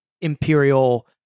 imperial